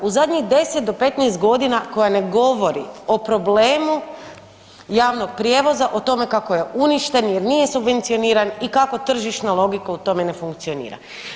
U zadnjih deset do petnaest godina koja ne govori o problemu javnog prijevoza, o tome kako je uništen jer nije subvencioniran i kako tržišno logika u tome ne funkcionira.